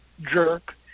jerk